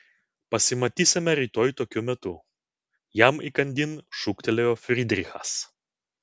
pasimatysime rytoj tokiu metu jam įkandin šūktelėjo frydrichas